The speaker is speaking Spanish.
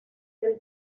del